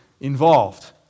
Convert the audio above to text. involved